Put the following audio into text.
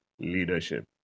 leadership